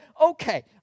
okay